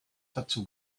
dazu